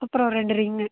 அப்புறோம் ரெண்டு ரிங்கு